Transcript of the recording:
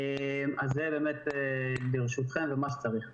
אז זה באמת ברשותכם למה שצריך.